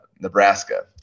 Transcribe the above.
Nebraska